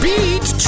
Beat